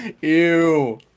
Ew